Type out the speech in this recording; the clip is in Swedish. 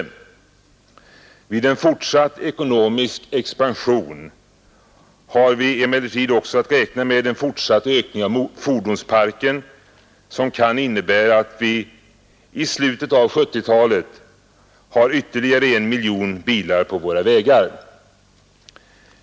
Vid en fortsatt ekonomisk expansion har vi emellertid också att räkna med en fortsatt ökning av fordonsparken som kan innebära att vi i slutet av 1970-talet har ytterligare en miljon bilar på våra vägar.